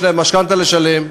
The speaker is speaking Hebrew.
יש להם משכנתה לשלם.